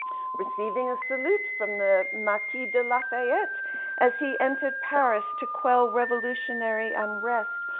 receiving a salute from the marquis de lafayette as he entered paris to quell revolutionary unrest.